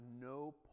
no